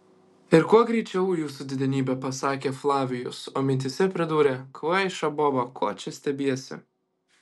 ir kuo greičiau jūsų didenybe pasakė flavijus o mintyse pridūrė kvaiša boba ko čia stebiesi